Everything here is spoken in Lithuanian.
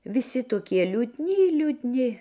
visi tokie liūdni liūdni